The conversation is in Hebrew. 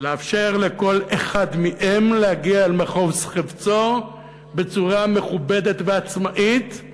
לאפשר לכל אחד מהם להגיע אל מחוז חפצו בצורה מכובדת ועצמאית,